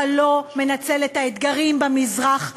אתה לא מנצל את האתגרים במזרח התיכון.